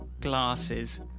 glasses